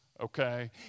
okay